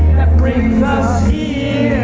that brings us here